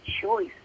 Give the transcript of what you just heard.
choice